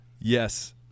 Yes